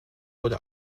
wurde